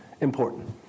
important